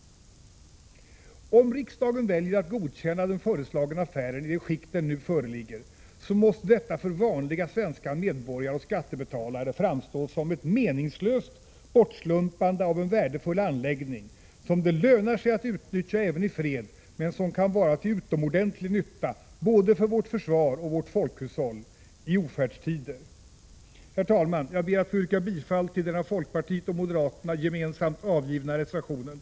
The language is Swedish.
Om riksdagen väljer att godkänna den föreslagna affären i det skick den nu föreligger, så måste detta för vanliga svenska medborgare och skattebetalare framstå som ett meningslöst bortslumpande av en värdefull anläggning som det lönar sig att utnyttja även i fred men som kan vara till utomordentlig nytta för vårt försvar och vårt folkhushåll i ofärdstider. Herr talman! Jag ber att få yrka bifall till den av folkpartiet och moderaterna gemensamt avgivna reservation 1.